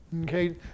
Okay